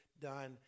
done